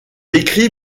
écrit